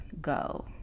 go